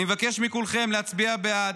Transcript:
אני מבקש מכולכם להצביע בעד,